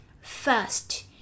First